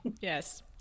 yes